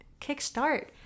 kickstart